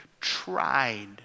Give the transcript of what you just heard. tried